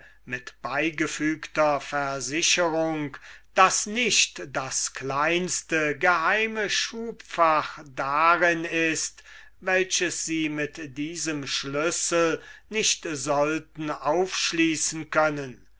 mit beigefügter versicherung daß nicht das kleinste geheime schubfach darin ist welches sie sich mit diesem schlüssel nicht sollten aufschließen können